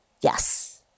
Yes